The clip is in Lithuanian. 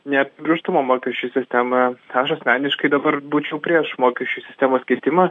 neapibrėžtumo mokesčių sistemoje aš asmeniškai dabar būčiau prieš mokesčių sistemos keitimą